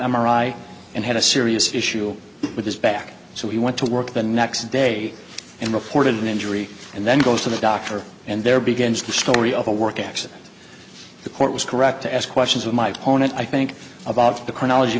i and had a serious issue with his back so he went to work the next day and reported an injury and then goes to the doctor and there begins the story of a work actually the court was correct to ask questions of my own and i think about the chronology